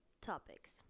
topics